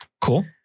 Cool